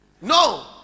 No